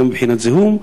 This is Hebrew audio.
גם מבחינת זיהום,